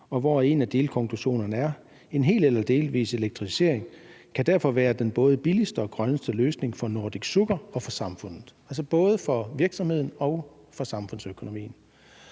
hvor en af delkonklusionerne er, at en hel eller delvis elektrificering derfor kan være både den billigste og den grønneste løsning for Nordic Sugar og for samfundet – altså både for virksomheden og for samfundsøkonomien.